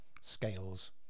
scales